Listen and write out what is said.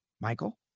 Michael